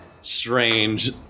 strange